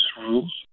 rules